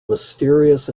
mysterious